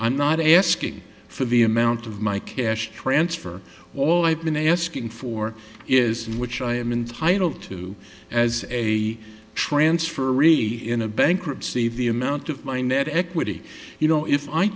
i'm not asking for the amount of my cash transfer all i've been asking for is which i am entitle to as a transfer really in a bankruptcy the amount of my net equity you know if i